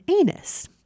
anus